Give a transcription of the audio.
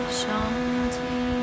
Shanti